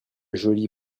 jolie